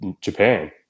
japan